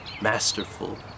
masterful